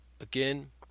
again